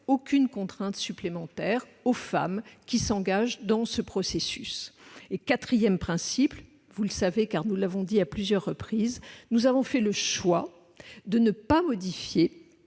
ou contrainte supplémentaire aux femmes qui s'engagent dans ce processus. En quatrième lieu- nous l'avons rappelé à plusieurs reprises -, nous avons fait le choix de ne pas modifier